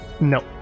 No